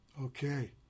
Okay